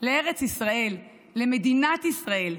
לארץ ישראל, למדינת ישראל,